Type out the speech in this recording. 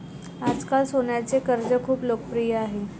आजकाल सोन्याचे कर्ज खूप लोकप्रिय आहे